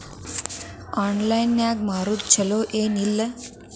Online ನಾಗ್ ಮಾರೋದು ಛಲೋ ಏನ್ ಇಲ್ಲ?